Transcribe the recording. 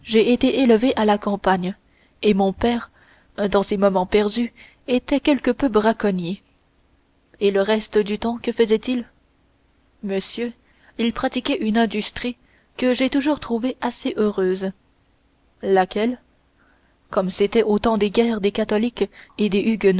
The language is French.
été élevé à la campagne et mon père dans ses moments perdus était quelque peu braconnier et le reste du temps que faisait-il monsieur il pratiquait une industrie que j'ai toujours trouvée assez heureuse laquelle comme c'était au temps des guerres des catholiques et des